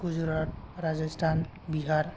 Gujarat Rajasthan Bihar